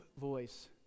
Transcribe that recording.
voice